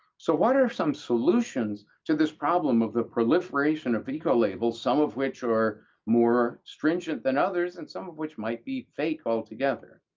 so what are some solutions to this problem of the proliferation of eco labels, some of which are more stringent than others and some of which might be fake altogether?